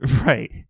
right